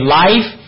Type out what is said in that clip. life